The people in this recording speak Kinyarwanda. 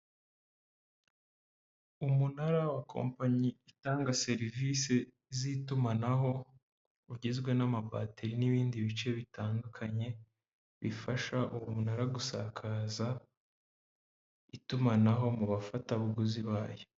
Umunara wa kompanyi itanga serivisi z'itumanaho ugizwe n'amabateri n'ibindi bice bitandukanye, bifasha umunara gusakaza itumanaho mu bafatabuguzi bayo.